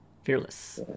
Fearless